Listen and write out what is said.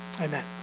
Amen